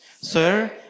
sir